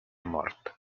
mort